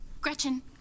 Gretchen